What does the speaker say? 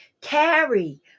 carry